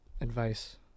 advice